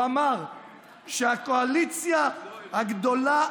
הוא אמר שהקואליציה הגדולה,